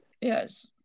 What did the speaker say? Yes